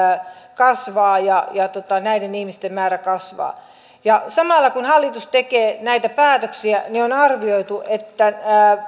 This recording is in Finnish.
kasvaa ja ja näiden ihmisten määrä kasvaa samalla kun hallitus tekee näitä päätöksiä on arvioitu että